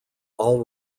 all